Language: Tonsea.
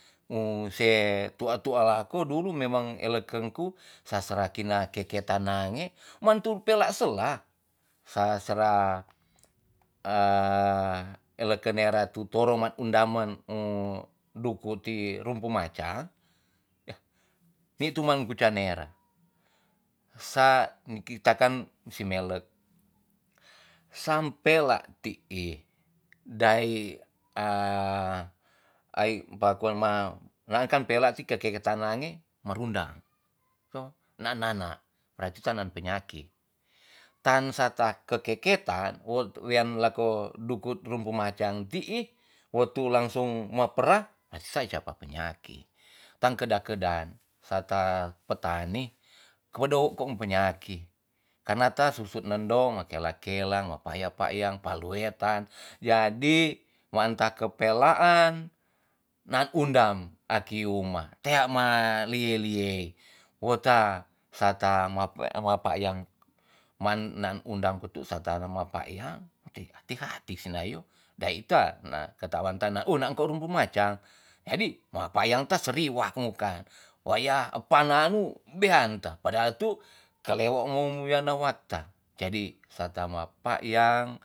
Mo se tu'a tu'a laku dulu memang eleken ku sa sera kina keketan nange mantu pela sela sa sera e eleken nerat u toro ma un damen dukut ti rumpu macam yah ni tu man kuca nera sa ni kita kan si melek sam pelak ti'i dai a ai pakuon ma naan kan pelak ti kekek tanange merundang na naan na berarti taanan penyaki tan sa ta keke ketan wo wean lako dukut rumpu macan ti'i wo tu langsung ma pera ma se ai sapa penyaki tan kedang kedang sa ta petani kodowo kong penyaki karna ta susut nendo ma kela kela ma pakyang pakyang paluetan jadi maanta kepelaan na undanm aki uma tea man lie lie we ta sa ta mape ma pakyang man naan undang katu sa ta ma pakyang ekei hati hati si nayo dai ta na ke takwan tana u na rumpu macam jadi ma pakyang ta seriwak moka wakya epan nanu bean ta padahal tu ke leo mo wiana wakta jadi sa ta ma pakyang